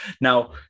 now